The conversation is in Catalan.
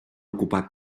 ocupar